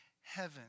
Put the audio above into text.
heaven